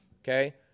okay